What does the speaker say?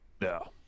No